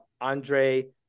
Andre